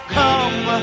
come